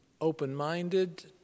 open-minded